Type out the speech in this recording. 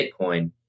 bitcoin